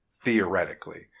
theoretically